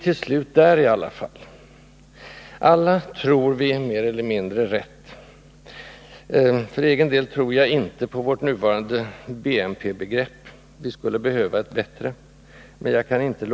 Nu är vi till slut där i alla fall.